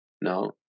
No